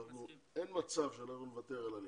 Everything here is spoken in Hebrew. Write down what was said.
אין מצב שנוותר על העלייה,